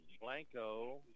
Blanco